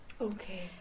Okay